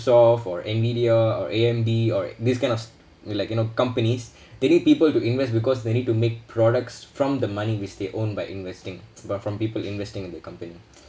soft or nvidia or A_M_D or this kind of s~ like you know companies they need people to invest because they need to make products from the money which they owned by investing but from people investing in the company